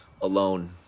alone